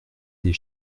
des